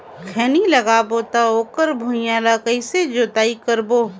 खैनी लगाबो ता ओकर भुईं ला कइसे जोताई करबो?